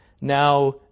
Now